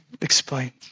explain